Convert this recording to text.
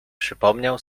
przypomniał